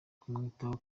kumwitaho